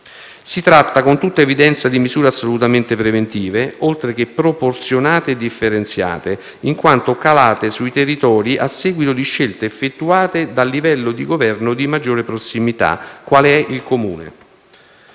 Si tratta, con tutta evidenza, di misure assolutamente preventive, oltre che proporzionate e differenziate, in quanto calate sui territori a seguito di scelte effettuate dal livello di governo di maggiore prossimità, quale è il Comune.